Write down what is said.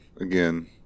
Again